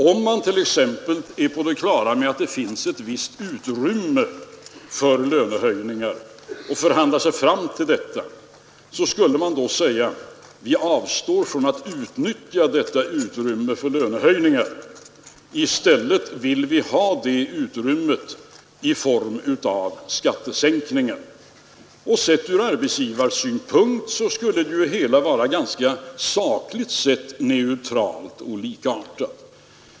Om man t.ex. är på det klara med att det finns ett visst utrymme för lönehöjningar och förhandlar sig fram till detta, så skulle man säga: ”Vi avstår från att utnyttja detta utrymme för lönehöjningar. I stället vill vi ha det utrymmet i form av skattesänkningar.” Ur arbetsgivarsynpunkt skulle det hela sakligt sett vara ganska neutralt och likartat.